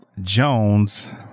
Jones